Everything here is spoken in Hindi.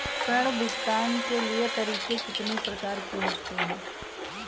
ऋण भुगतान के तरीके कितनी प्रकार के होते हैं?